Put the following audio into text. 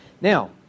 Now